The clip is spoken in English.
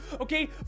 okay